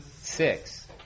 Six